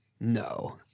No